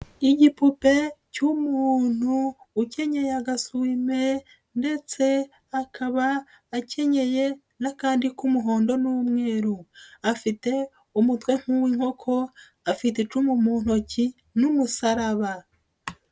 Igipupe cy'umuntu ukenyeye agasuwime ndetse akaba akenyeye n'akandi k'umuhondo n'umweru, afite umutwe nk'uw'inkoko, afite icumu mu ntoki n'umusaraba.